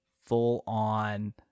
full-on